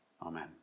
Amen